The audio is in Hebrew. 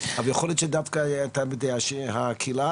אבל יכול להיות שדווקא אתה בדעה שהקהילה,